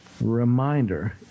reminder